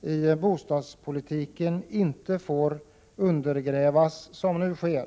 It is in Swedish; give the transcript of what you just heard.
i bostadspolitiken inte får undergrävas på det sätt som nu sker.